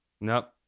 Nope